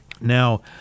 Now